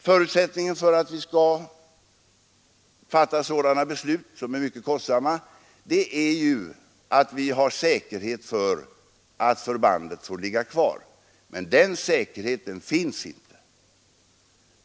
Förutsättningen för att vi skall fatta sådana beslut, som är mycket kostsamma, är ju att vi har säkerhet för att förbandet får ligga kvar. Men den säkerheten finns inte.